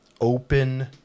open